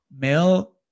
male